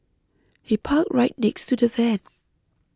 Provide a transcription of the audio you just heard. he parked right next to the van